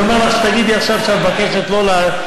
אני אומר לך שתגידי עכשיו שאת מבקשת לא להצביע,